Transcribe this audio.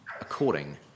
according